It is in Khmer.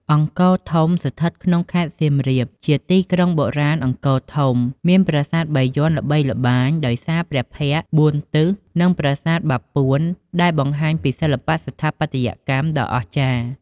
អង្គរធំ ស្ថិតក្នុងខេត្ត សៀមរាប ជាទីក្រុងបុរាណអង្គរធំ មានប្រាសាទបាយ័នល្បីល្បាញដោយសារព្រះភ័ក្ត្របួនទិស និងប្រាសាទបាពួនដែលបង្ហាញពីសិល្បៈស្ថាបត្យកម្មដ៏អស្ចារ្យ។